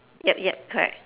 yup yup correct